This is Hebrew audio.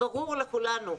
ברור לכולנו.